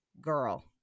Girl